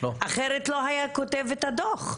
אחרת לא היה כותב את החוק.